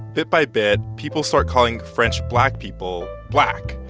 bit by bit, people start calling french black people black,